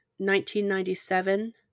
1997